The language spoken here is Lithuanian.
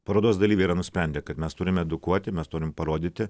parodos dalyviai yra nusprendę kad mes turim edukuoti mes turim parodyti